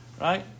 Right